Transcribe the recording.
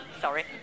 Sorry